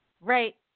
Right